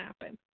happen